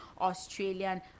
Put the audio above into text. australian